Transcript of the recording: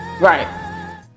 right